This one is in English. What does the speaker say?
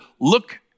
look